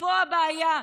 פה הבעיה.